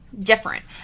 different